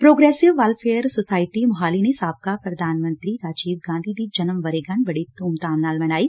progressive Welfare Society Mohali ਨੇ ਸਾਬਕਾ ਪ੍ਰਧਾਨ ਮੰਤਰੀ ਰਾਜੀਵ ਗਾਂਧੀ ਜੀ ਦਾ ਜਨਮ ਵਰੇਗੰਢ ਬੜੀ ਧੁਮਧਾਮ ਨਾਲ ਮਨਾਈ